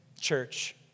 church